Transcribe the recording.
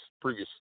previous